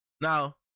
Now